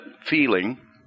feeling